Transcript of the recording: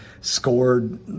scored